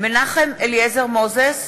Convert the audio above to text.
מנחם אליעזר מוזס,